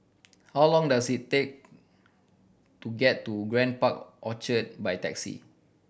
how long does it take to get to Grand Park Orchard by taxi